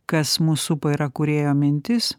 kas mus supa yra kūrėjo mintis